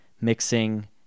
mixing